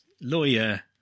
lawyer